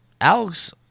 Alex